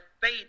faith